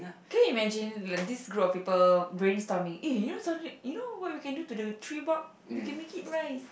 can you imagine like this group of people brainstorming eh you know suddenly you know what we can do to the tree bark we can make it rice